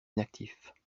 inactif